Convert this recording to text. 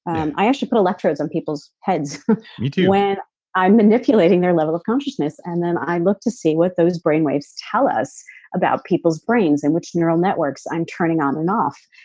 i actually put electrodes on people's heads me too when i'm manipulating their level of consciousness and then i look to see what those brainwaves tell us about people's brains and which neural networks i'm turning on and off,